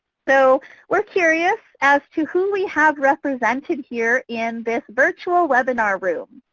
so we're curious as to who we have represented here in this virtual webinar room,